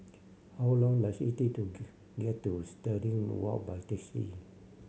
how long does it take to get to Stirling Walk by taxi